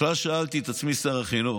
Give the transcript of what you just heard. בכלל, שאלתי את עצמי, שר החינוך,